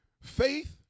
faith